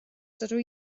dydw